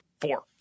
Four